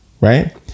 right